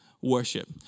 worship